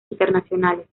internacionales